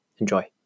Enjoy